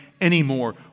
anymore